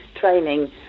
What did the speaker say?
training